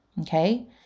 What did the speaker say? Okay